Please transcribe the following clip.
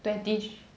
twenty th~